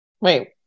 Wait